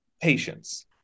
Patience